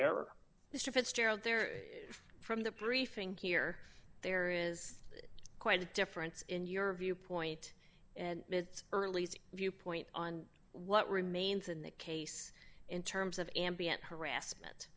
mr fitzgerald there from the briefing here there is quite a difference in your viewpoint and it's early viewpoint on what remains in the case in terms of ambient harassment